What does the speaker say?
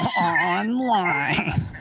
online